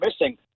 missing